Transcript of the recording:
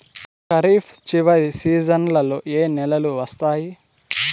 ఖరీఫ్ చివరి సీజన్లలో ఏ నెలలు వస్తాయి?